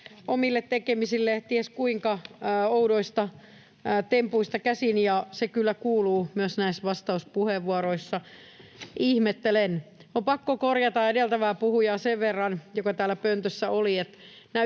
omille tekemisille ties kuinka oudoista tempuista käsin, ja se kyllä kuuluu myös näissä vastauspuheenvuoroissa. Ihmettelen. On pakko korjata edeltävää puhujaa, joka täällä pöntössä oli,